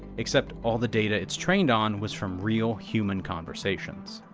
except all the data it's trained on was from real, human conversations.